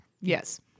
Yes